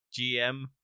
GM